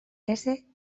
ese